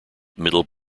middle